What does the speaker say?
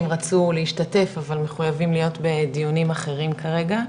רצו להשתתף אבל מחויבים להיות בדיונים אחרים כרגע,